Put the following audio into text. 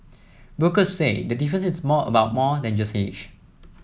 brokers say the difference is more about more than just age